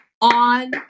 on